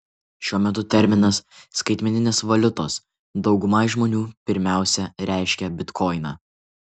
šiuo metu terminas skaitmeninės valiutos daugumai žmonių pirmiausia reiškia bitkoiną